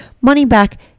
money-back